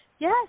yes